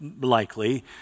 likely